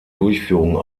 durchführung